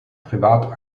privat